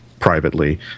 Privately